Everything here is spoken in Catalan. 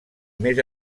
més